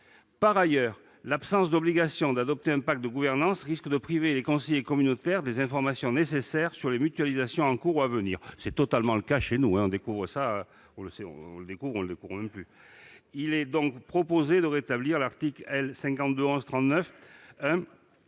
Par ailleurs, l'absence d'obligation d'adopter un pacte de gouvernance risque de priver les conseillers communautaires des informations nécessaires sur les mutualisations en cours ou à venir. C'est totalement le cas chez nous, et ce n'est pas nouveau. Il est donc proposé de rétablir l'article L. 5211-39-1